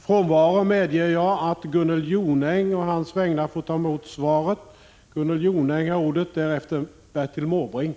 I Margaretha af Ugglas frånvaro medger jag att Ivar Virgin får ta emot svaret på interpellationen.